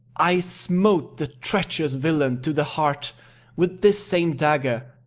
i smote the treacherous villain to the heart with this same dagger,